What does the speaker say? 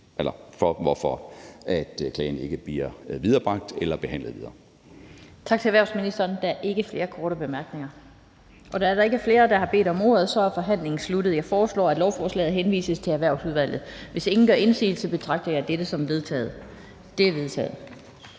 for, hvorfor klagen ikke bliver viderebragt eller behandlet videre,